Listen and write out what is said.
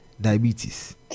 diabetes